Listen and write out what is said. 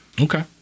Okay